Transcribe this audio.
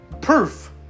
proof